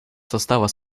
состава